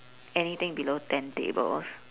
anything below ten tables